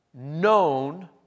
known